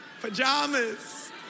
Pajamas